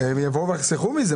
הם יחסכו מזה.